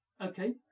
Okay